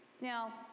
Now